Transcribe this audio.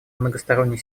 многосторонней